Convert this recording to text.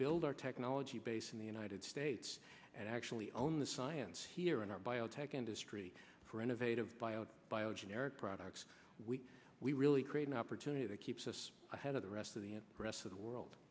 build our technology base in the united states and actually own the science here in our biotech industry for innovative bio bio generic products we really create an opportunity that keeps us ahead of the rest of the rest of the world